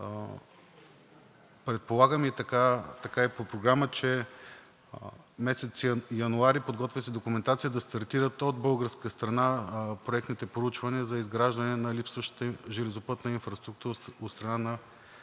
Предполагам и така е по програма, че месец януари се подготвя документация да стартират от българска страна проектните проучвания за изграждане на липсващата железопътна инфраструктура от страна на